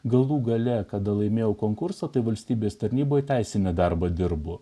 galų gale kada laimėjau konkursą tai valstybės tarnyboje teisinį darbą dirbu